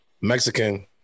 Mexican